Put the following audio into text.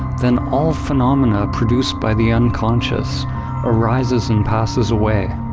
then all phenomena produced by the unconscious arises and passes away.